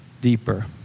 deeper